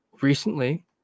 recently